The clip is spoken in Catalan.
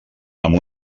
amb